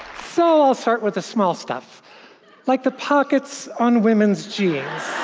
so, i'll start with the small stuff like the pockets on women's jeans.